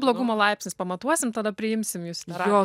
blogumo laipsnis pamatuosim tada priimsim jus į terapiją